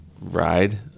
ride